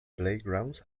playgrounds